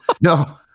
no